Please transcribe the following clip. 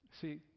See